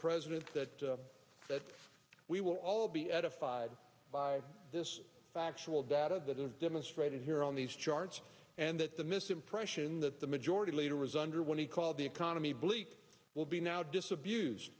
president that that we will all be edified by this factual data that is demonstrated here on these charts and that the misimpression that the majority leader is under what he called the economy bleak will be now disabuse